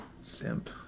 simp